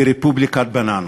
ברפובליקת בננות,